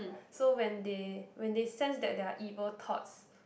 so when they when they sense that there are evil thoughts